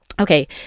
Okay